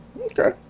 Okay